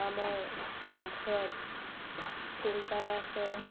আমাৰ পাকঘৰত ফিল্টাৰ আছে